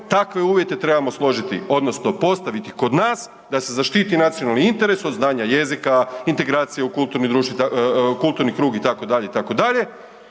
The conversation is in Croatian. takve uvjete trebamo složiti odnosno postaviti kod nas da se zaštiti nacionalni interes od znanja jezika, integracije u kulturni krug itd.,